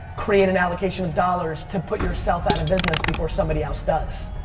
create an allocation of dollars to put yourself out of business before somebody else does.